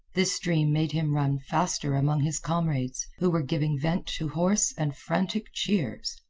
this dream made him run faster among his comrades, who were giving vent to hoarse and frantic cheers.